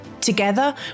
together